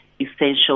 essential